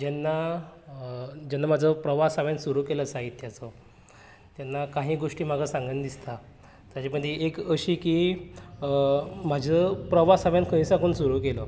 जेन्ना जेन्ना म्हाजो प्रवास हांवेन सुरू केलो साहित्याचो तेन्ना काही गोश्टी म्हाका सांगन दिसता की ताचे पयली एक अशीं की म्हाजो प्रवास हांवेन खंय साकून सुरू केलो